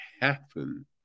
happen